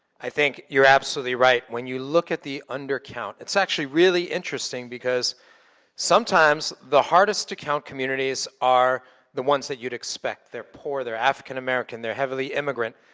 i think you're absolutely right. when you look at the under count, it's actually really interesting because sometimes the hardest to count communities are the ones that you'd expect. they're poor, they're african american, they're heavily immigrant.